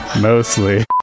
Mostly